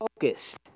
focused